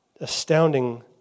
astounding